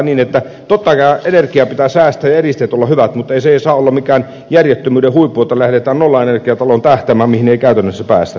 totta kai energiaa pitää säästää ja eristeiden pitää olla hyvät mutta ei se saa olla mikään järjettömyyden huippu että lähdetään tähtäämään nollaenergiataloon mihin ei käytännössä päästä